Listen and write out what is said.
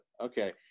Okay